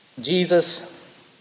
Jesus